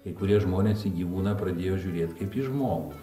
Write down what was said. kai kurie žmonės į gyvūną pradėjo žiūrėt kaip į žmogų